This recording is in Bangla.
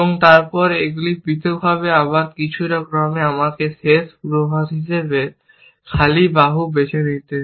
তারপর এইগুলি পৃথকভাবে আবার কিছু ক্রমে আমাকে শেষ পূর্বাভাস হিসাবে খালি বাহু বেছে নিতে দিন